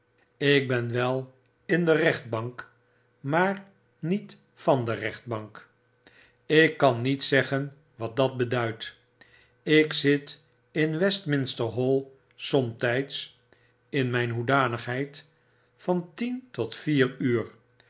ik ben wel in de rechtbank maar niet van de rechtbank ik kan niet zeggen wat dat beduidt ik zit in westminster hall somtyds in myn hoedanigheid van tien tot vier uur